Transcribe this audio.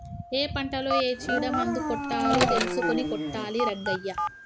ఏ పంటలో ఏ చీడ మందు కొట్టాలో తెలుసుకొని కొట్టాలి రంగయ్య